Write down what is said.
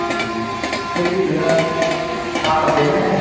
जी देखिए भैया आप अकेले हैं